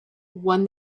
one